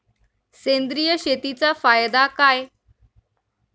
सेंद्रिय शेतीचा फायदा काय?